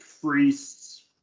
priests